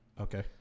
okay